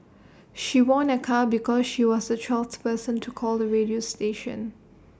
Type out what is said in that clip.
she won A car because she was the twelfth person to call the radio station